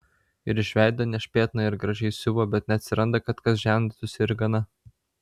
ir iš veido nešpėtna ir gražiai siuva bet neatsiranda kad kas ženytųsi ir gana